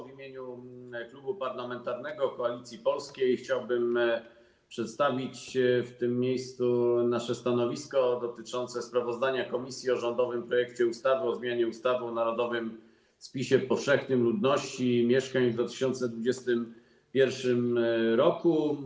W imieniu Klubu Parlamentarnego Koalicja Polska chciałbym przedstawić nasze stanowisko dotyczące sprawozdania komisji o rządowym projekcie ustawy o zmianie ustawy o narodowym spisie powszechnym ludności i mieszkań w 2021 r.